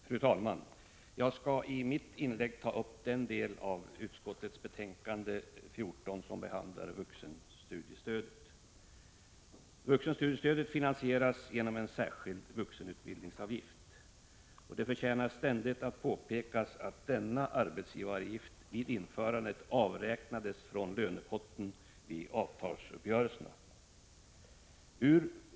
Fru talman! Jag skall i mitt inlägg ta upp den del av utskottets betänkande nr 14 som behandlar vuxenstudiestödet. Vuxenstudiestödet finansieras genom en särskild vuxenutbildningsavgift. Det förtjänar att ständigt påpekas att denna arbetsgivaravgift vid införandet avräknades från lönepotten vid avtalsuppgörelserna.